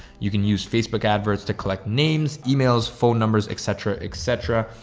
you can use facebook adverts to collect names, emails, phone numbers, et cetera, et cetera.